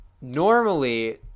normally